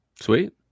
Sweet